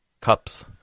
cups